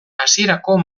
hasierako